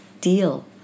deal